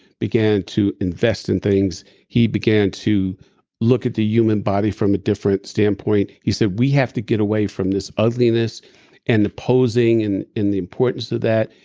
began to invest in things. he began to look at the human body from a different standpoint. he said, we have to get away from this ugliness and the posing and the importance of that,